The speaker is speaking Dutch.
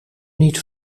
niet